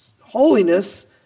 holiness